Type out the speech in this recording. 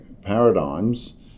paradigms